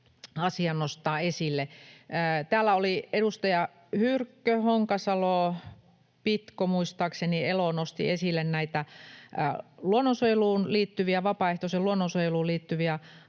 asia nostaa esille. Täällä edustajat Hyrkkö, Honkasalo, Pitko muistaakseni ja Elo nostivat esille näitä vapaaehtoiseen luonnonsuojeluun liittyviä